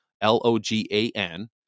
L-O-G-A-N